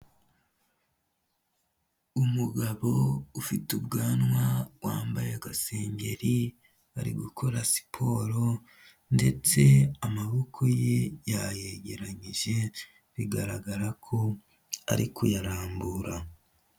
Umugabo ufite ubwanwa wambaye agasengeri, ari gukora siporo, ndetse amaboko ye yayegeranyije bigaragara ko ari kuyarambura.